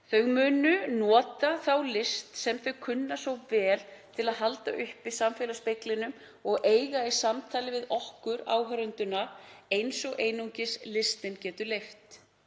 Þau munu nota þá list sem þau kunna svo vel til að halda uppi samfélagsspeglinum og eiga í samtali við okkur áheyrendurna eins og einungis listinn getur leyft.